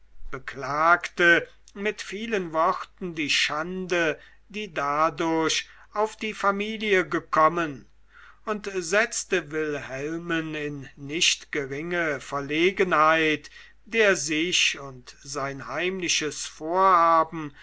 beklagte mit vielen worten die schande die dadurch auf die familie gekommen und setzte wilhelmen in nicht geringe verlegenheit der sich und sein heimliches vorhaben